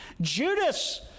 Judas